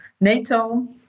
NATO